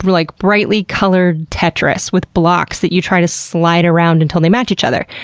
like brightly colored tetris, with blocks that you try to slide around until they match each other.